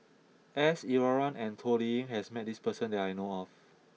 S Iswaran and Toh Liying has met this person that I know of